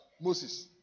Moses